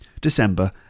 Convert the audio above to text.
December